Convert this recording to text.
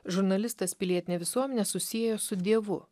žurnalistas pilietinę visuomenę susiejo su dievu